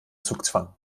zugzwang